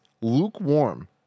lukewarm